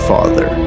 Father